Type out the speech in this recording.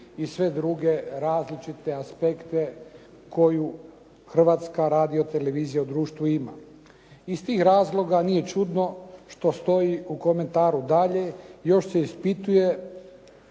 Hrvatska radiotelevizija u društvu ima. Iz tih razloga nije čudno što stoji u komentaru dalje još se ispituju